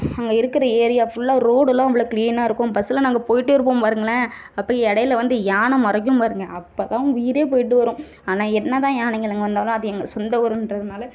அங்கே இருக்கிற ஏரியா ஃபுல்லாக ரோடுலாம் அவ்வளோ க்ளீனாக இருக்கும் பஸ்ஸில் நாங்கள் போயிகிட்டே இருப்போம் பாருங்களேன் அப்போ இடையில வந்து யானை மறைக்கும் பாருங்கள் அப்போ தான் உயிரே போயிவிட்டு வரும் ஆனால் என்ன தான் யானைங்கள் வந்தாலும் அது எங்கள் சொந்த ஊருன்றதுனால